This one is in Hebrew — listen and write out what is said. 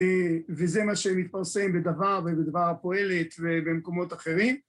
וזה מה שמתפרסם בדבר ובדבר הפועלת במקומות אחרים.